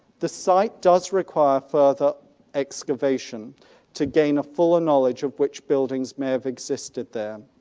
the site does require further excavation to gain a fuller knowledge of which buildings may have existed there.